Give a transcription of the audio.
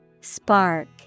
Spark